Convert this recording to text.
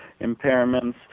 impairments